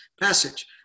passage